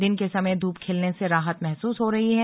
दिन के समय ध्रप खिलने से राहत महसूस हो रही है